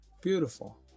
beautiful